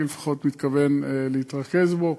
אני, לפחות, מתכוון להתרכז בו.